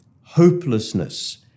hopelessness